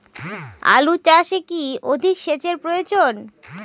আলু চাষে কি অধিক সেচের প্রয়োজন?